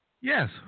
Yes